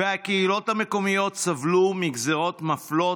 הקהילות המקומיות סבלו מגזרות מפלות,